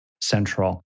central